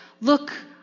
Look